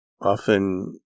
often